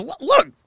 look